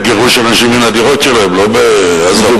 מדובר בגירוש אנשים מן הדירות שלהם, לא באזהרות.